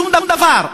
שום דבר.